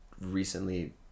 recently